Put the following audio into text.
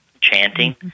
chanting